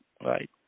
right